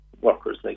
workers